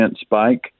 spike